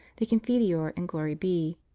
the confiteor, and glory be.